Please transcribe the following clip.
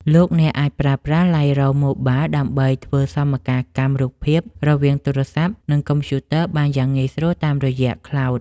លោកអ្នកអាចប្រើប្រាស់ ឡៃរូម ម៉ូបាល ដើម្បីធ្វើសមកាលកម្មរូបភាពរវាងទូរស័ព្ទ និងកុំព្យូទ័របានយ៉ាងងាយស្រួលតាមរយៈ ខ្លោដ ។